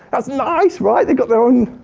that's nice, right? they got their own,